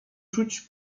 czuć